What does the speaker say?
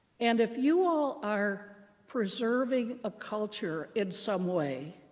and if you all are preserving a culture in some way,